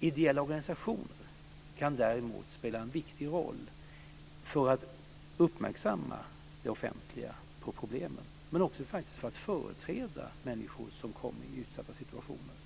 Ideella organisationer kan däremot spela en viktig roll för att uppmärksamma det offentliga på problemen och också för att företräda människor som kommer i utsatta situationer.